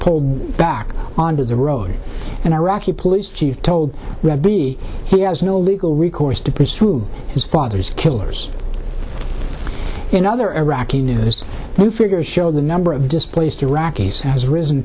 pulled back onto the road and iraqi police chief told me he has no legal recourse to pursue his father's killers in other erakat there's new figures show the number of displaced iraqis has risen